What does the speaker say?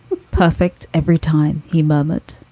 perfect every time, he murmured,